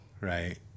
Right